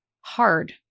hard